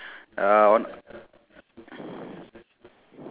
okay then